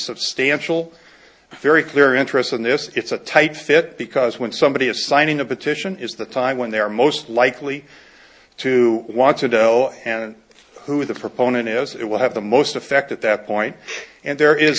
substantial very clear interest in this it's a tight fit because when somebody is signing a petition is the time when they're most likely to want to go and who the proponent is it will have the most effect at that point and there is